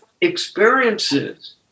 experiences